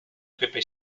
pepe